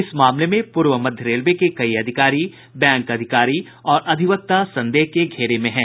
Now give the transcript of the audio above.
इस मामले में पूर्व मध्य रेलवे के कई अधिकारी बैंक अधिकारी और अधिवक्ता संदेह के घेरे में हैं